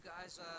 guys